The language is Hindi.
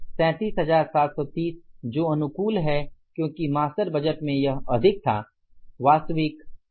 37730 जो अनुकूल है क्योंकि मास्टर बजट में यह अधिक था वास्तविक 151270 है